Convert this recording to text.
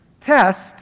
test